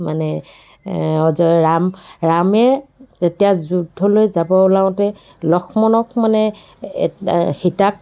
মানে অজয় ৰাম ৰামে যেতিয়া যুদ্ধলৈ যাব ওলাওঁতে লক্ষ্মণক মানে সীতাক